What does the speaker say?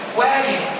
wagon